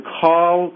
call